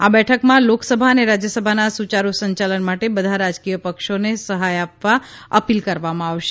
આ બેઠક માં લોકસભા અને રાજ્યસભાના સુચારું સંચાલન માટે બધા રાજકીય પક્ષોને સહાય આપવા અપીલ કરવામાં આવશે